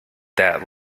that